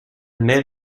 mer